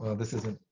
this isn't.